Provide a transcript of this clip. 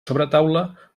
sobretaula